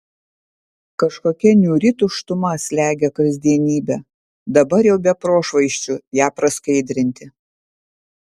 kažkokia niūri tuštuma slegia kasdienybę dabar jau be prošvaisčių ją praskaidrinti